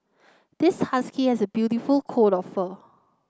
this husky has a beautiful coat of fur